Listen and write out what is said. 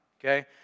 okay